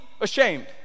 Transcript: ashamed